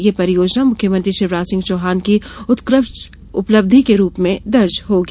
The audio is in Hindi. यह परियोजना मुख्यमंत्री शिवराज सिंह चौहान की उत्कष्ट उपलब्धि के रूप में दर्ज होगी